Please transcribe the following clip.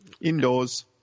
indoors